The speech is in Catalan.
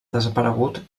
desaparegut